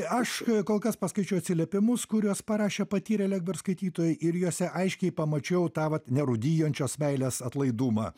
aš kol kas paskaičiau atsiliepimus kuriuos parašė patyrę lakberg skaitytojai ir juose aiškiai pamačiau tą vat nerūdijančios meilės atlaidumą